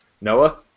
Noah